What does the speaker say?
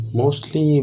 mostly